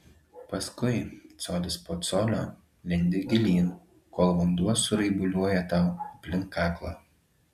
paskui colis po colio lendi gilyn kol vanduo suraibuliuoja tau aplink kaklą